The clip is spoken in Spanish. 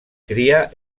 cría